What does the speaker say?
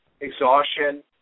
exhaustion